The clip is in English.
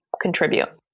contribute